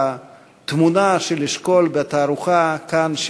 התמונה של אשכול בתערוכה כאן,